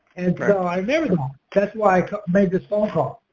and but um i've never that's why i made this phone call.